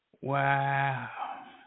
wow